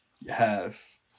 Yes